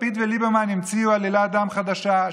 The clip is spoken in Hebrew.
לפיד וליברמן המציאו עלילת דם חדשה,